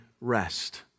rest